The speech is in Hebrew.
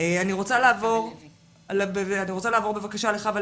אנחנו נעבור לאיריס בן יעקב ממשרד החינוך,